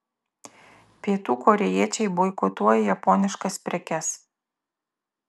pietų korėjiečiai boikotuoja japoniškas prekes